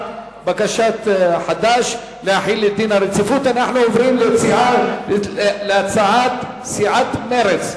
אנחנו עוברים להצעת סיעת מרצ.